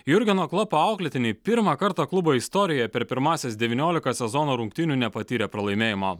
jurgeno klopo auklėtiniai pirmą kartą klubo istorijoje per pirmąsias devyniolika sezono rungtynių nepatyrė pralaimėjimo